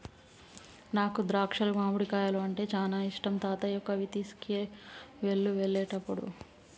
నాకు ద్రాక్షాలు మామిడికాయలు అంటే చానా ఇష్టం తాతయ్యకు అవి తీసుకువెళ్ళు వెళ్ళేటప్పుడు